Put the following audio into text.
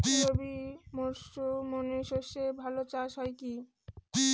রবি মরশুমে সর্ষে চাস ভালো হয় কি?